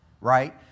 right